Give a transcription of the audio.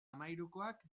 hamahirukoak